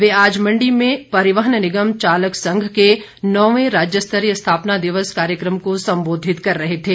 वे आज मण्डी में परिवहन निगम चालक संघ के नौवें राज्यस्तरीय स्थापना दिवस कार्यक्रम को संबोधित कर रहे थे